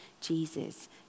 Jesus